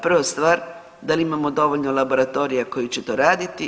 Prva stvar da li imamo dovoljno laboratorija koji će to raditi?